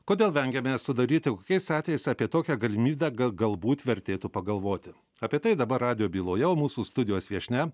kodėl vengiame sudaryti kokiais atvejais apie tokią galimybę ga galbūt vertėtų pagalvoti apie tai dabar radijo byloje o mūsų studijos viešnia